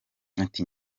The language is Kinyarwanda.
ati